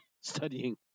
studying